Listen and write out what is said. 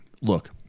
Look